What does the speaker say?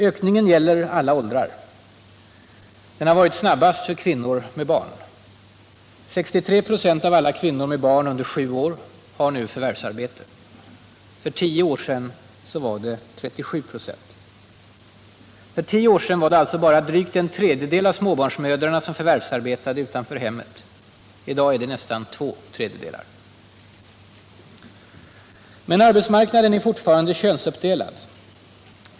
Ökningen gäller alla åldrar. Den har varit snabbast för kvinnor med barn. 63 96 av alla kvinnor med barn under sju år har nu förvärvsarbete. För tio år sedan var det 37 96. För tio år sedan var det alltså bara drygt en tredjedel av småbarnsmödrarna som förvärvsarbetade utanför hemmet. I dag är det nästan två tredjedelar. Men arbetsmarknaden är fortfarande könsuppdelad.